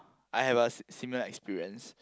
I have a si~ similar experience